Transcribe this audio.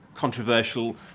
controversial